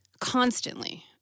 constantly